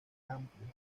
amplio